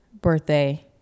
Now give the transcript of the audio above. Birthday